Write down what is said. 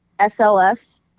SLS